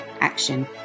action